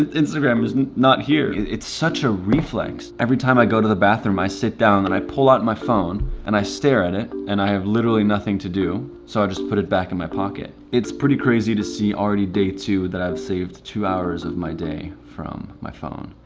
instagram is not here it's such a reflex every time i go to the bathroom i sit down and i pull out my phone and i stare at it and i have literally nothing to do. so i just put it back in my pocket it's pretty crazy to see already day two that i've saved two hours of my day from my phone